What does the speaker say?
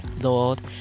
Lord